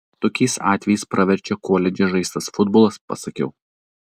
tokiais atvejais praverčia koledže žaistas futbolas pasakiau